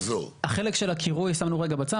החלק של הקירוי שמנו רגע בצד.